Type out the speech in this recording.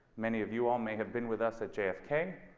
many of you all may have been with us at j f k.